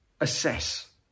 assess